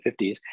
50s